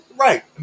Right